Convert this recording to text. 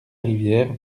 rivière